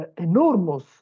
enormous